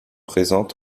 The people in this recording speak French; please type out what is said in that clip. présentes